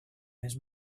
his